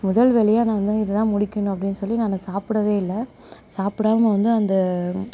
முதல் வேலையாக நான் வந்து இது தான் முடிக்கணும் அப்படீன் சொல்லி நான் சாப்பிடவே இல்லை சாப்பிடாம வந்து அந்த